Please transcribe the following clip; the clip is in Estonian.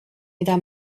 mida